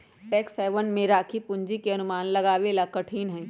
tax haven में राखी पूंजी के अनुमान लगावे ला कठिन हई